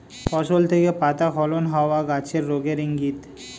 ফসল থেকে পাতা স্খলন হওয়া গাছের রোগের ইংগিত